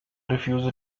refuse